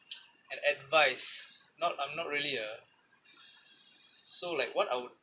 an advice not I'm not really uh so like what I would